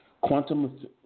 Quantum